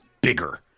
bigger